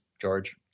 George